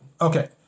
okay